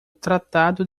tratado